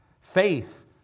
Faith